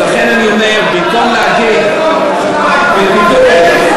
אז למה אתה מבטל את זה?